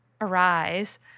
arise